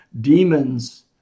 demons